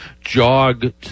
jog